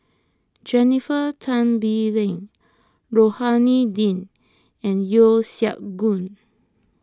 Jennifer Tan Bee Leng Rohani Din and Yeo Siak Goon